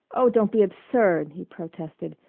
oh, don't be absurd, he protested.